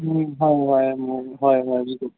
হয় হয় হয় হয়টো